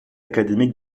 académique